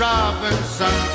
Robinson